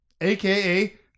AKA